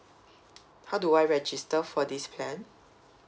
how do I register for this plan